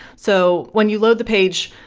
so when you load the page,